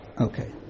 Okay